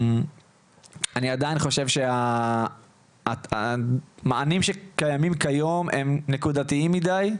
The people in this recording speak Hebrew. אני עדיין חושב שהמענים שקיימים כיום הם נקודתיים מידיי,